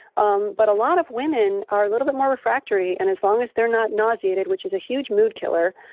um but a lot of women are a little bit more refractory and as long as they're not nauseated, which is a huge mood killer,